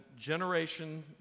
generation